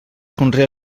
conrea